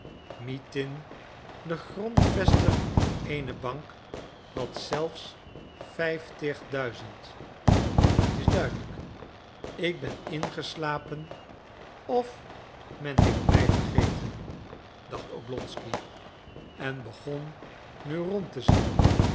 mitin de grondvester eener bank had zelfs vijftig duizend het is duidelijk ik ben ingeslapen of men heeft mij vergeten dacht oblonsky en begon nu rond te zien